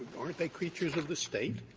aren't they creatures of the state?